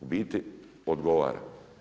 U biti odgovara.